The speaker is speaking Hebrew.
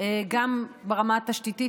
גם ברמת תשתיתית,